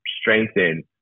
strengthen